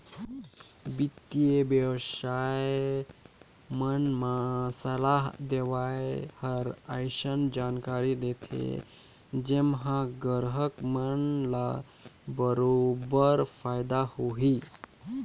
बित्तीय बिसय मन म सलाह देवइया हर अइसन जानकारी देथे जेम्हा गराहक मन ल बरोबर फायदा होही